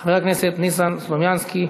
חבר הכנסת ניסן סלומינסקי.